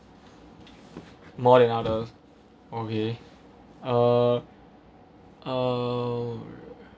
more than others okay uh err